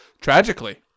tragically